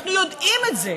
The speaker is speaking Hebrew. אנחנו יודעים את זה,